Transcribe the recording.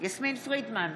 יסמין פרידמן,